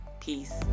Peace